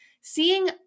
Seeing